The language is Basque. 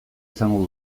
izango